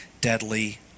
deadly